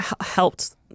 helped